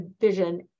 vision